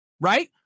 right